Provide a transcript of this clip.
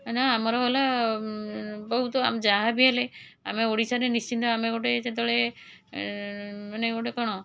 କାହିଁକିନା ଆମର ହେଲା ବହୁତ ଆମ ଯାହାବି ହେଲେ ଆମେ ଓଡ଼ିଶାରେ ନିଶ୍ଚିନ୍ତ ଆମେ ଗୋଟେ ଯେତେବେଳେ ମାନେ ଗୋଟେ କ'ଣ